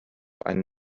einen